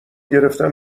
گرفتن